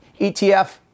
ETF